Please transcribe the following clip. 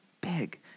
big